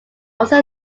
also